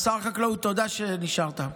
שר החקלאות, תודה שנשארת.